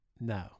No